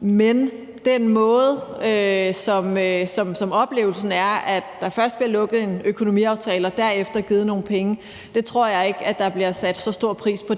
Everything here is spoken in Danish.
og den proces, altså oplevelsen af, at der først bliver lukket en økonomiaftale og derefter givet nogle penge, tror jeg ikke at der bliver sat så stor pris på.